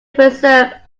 preserve